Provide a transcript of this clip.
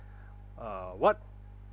uh what